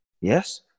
Yes